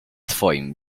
twoim